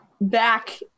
back